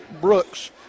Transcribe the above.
Brooks